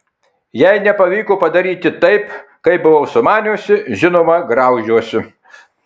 jei nepavyko padaryti taip kaip buvau sumaniusi žinoma graužiuosi